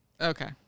Okay